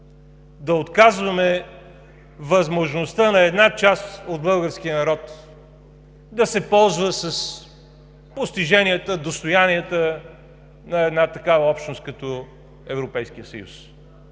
да отказваме възможността на една част от българския народ да се ползва с постиженията, достоянията на една такава общност като Европейския съюз